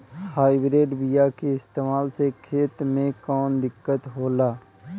Hybrid बीया के इस्तेमाल से खेत में कौन दिकत होलाऽ?